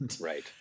Right